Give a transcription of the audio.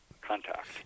contact